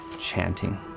chanting